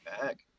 back